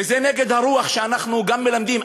וזה נגד הרוח שאנחנו מלמדים.